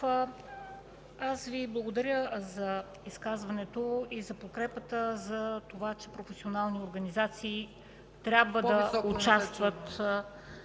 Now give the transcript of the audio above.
благодаря Ви за изказването и подкрепата за това, че професионални организации трябва да участват.